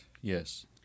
Yes